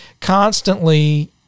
constantly –